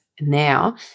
now